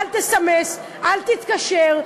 אל תסמס, אל תתקשר.